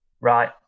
right